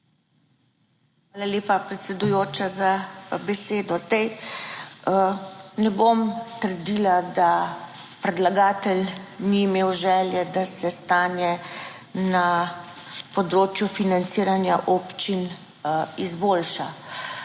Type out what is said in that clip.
Hvala lepa, predsedujoča za besedo. Zdaj ne bom trdila, da predlagatelj ni imel želje, da se stanje na področju financiranja občin izboljša.